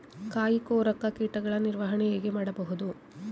ಕಾಯಿ ಕೊರಕ ಕೀಟಗಳ ನಿರ್ವಹಣೆ ಹೇಗೆ ಮಾಡಬಹುದು?